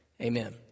Amen